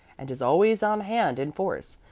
and is always on hand in force.